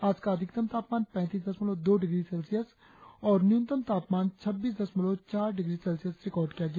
आज का अधिकतम तापमान पैतीस दशमलव दो डिग्री सेल्सियस और न्यूनतम तापमान छब्बीस दशमलव चार डिग्री सेल्सियस रिकार्ड किया गया